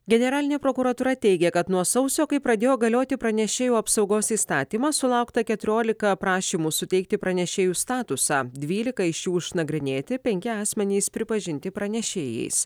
generalinė prokuratūra teigia kad nuo sausio kai pradėjo galioti pranešėjų apsaugos įstatymas sulaukta keturiolika prašymų suteikti pranešėjų statusą dvylika iš jų išnagrinėti penki asmenys pripažinti pranešėjais